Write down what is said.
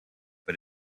but